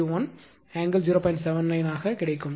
79 ° ஆக மாறும்